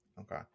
Okay